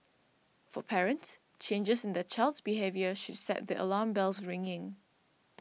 for parents changes in their child's behaviour should set the alarm bells ringing